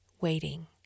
waiting